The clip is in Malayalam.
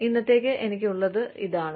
അതിനാൽ ഇന്നത്തേക്ക് എനിക്കുള്ളത് ഇതാണ്